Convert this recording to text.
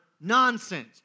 nonsense